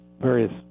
various